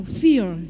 fear